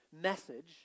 message